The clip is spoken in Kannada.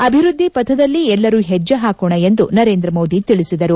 ಅಭಿವೃದ್ದಿ ಪಥದಲ್ಲಿ ಎಲ್ಲರೂ ಹೆಜ್ಜೆ ಹಾಕೋಣ ಎಂದು ನರೇಂದ್ರ ಮೋದಿ ತಿಳಿಸಿದರು